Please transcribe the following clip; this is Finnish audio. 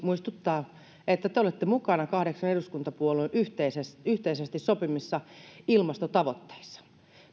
muistuttaa että te olitte mukana kahdeksan eduskuntapuolueen yhteisesti yhteisesti sopimissa ilmastotavoitteissa